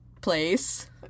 place